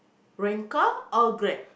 rent car or Grab